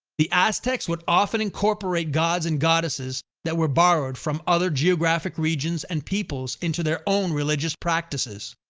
the aztecs would often incorporate gods and goddesses that were borrowed from other geographic regions and peoples into their own religious practices.